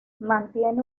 mantiene